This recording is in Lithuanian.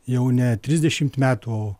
jau ne trisdešimt metų o